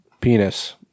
penis